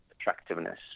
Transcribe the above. attractiveness